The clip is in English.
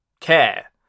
care